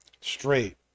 straight